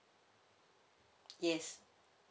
yes